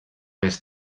més